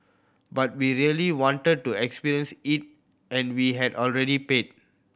but we really wanted to experience it and we had already paid